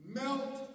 melt